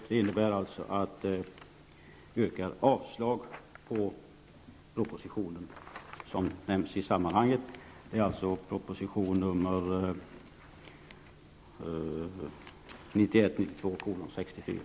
Det innebär att jag yrkar avslag på proposition 1991/92:64.